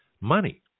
Money